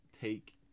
take